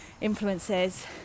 influences